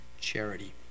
charity